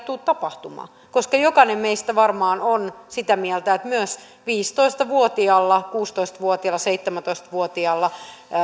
tule tapahtumaan koska jokainen meistä varmaan on sitä mieltä että myös viisitoista kuusitoista ja seitsemäntoista vuotiaalla